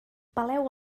peleu